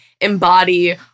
embody